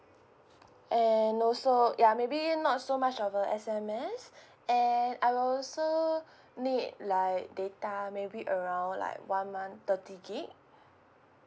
and also ya maybe not so much of a S_M_S and I also need like data maybe around like one month thirty gig